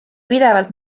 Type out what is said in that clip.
pidevalt